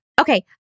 okay